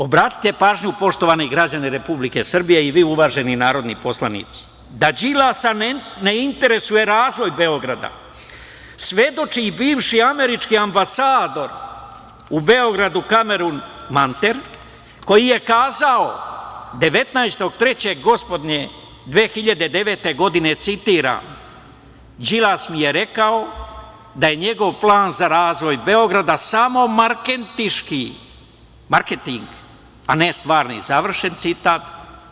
Obratite pažnju, poštovani građani Republike Srbije i vi uvaženi narodni poslanici, da Đilasa ne interesuje razvoj Beograda svedoči i bivši američki ambasador u Beogradu, Kameron Manter, koji je kazao 19. 3. gospodnje 2009. godine, citiram: "Đilas mi je rekao da je njegov plan za razvoj Beograda samo marketing, a ne stvarni", završen citat.